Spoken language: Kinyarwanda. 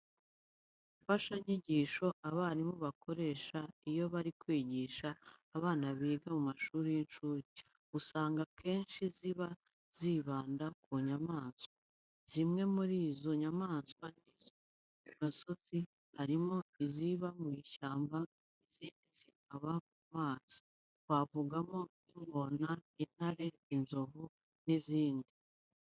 Imfashanyigisho abarimu bakoresha iyo bari kwigisha abana biga mu mashuri y'incuke, usanga akenshi ziba zibanda ku nyamaswa. Zimwe muri izo nyamaswa ni izo mu gasozi. Harimo iziba mu ishyamba izindi zikaba mu mazi. Twavugamo nk'ingona, intare, inzovu n'izindi.